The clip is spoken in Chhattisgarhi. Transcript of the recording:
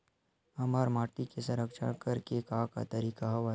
हमर माटी के संरक्षण करेके का का तरीका हवय?